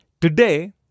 Today